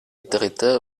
dritte